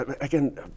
again